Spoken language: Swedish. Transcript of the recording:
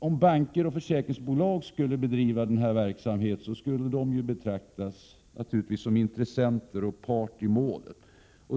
Om banker och försäkringsbolag skulle bedriva den här verksamheten, skulle de naturligtvis betraktas som intressenter och parter i målet.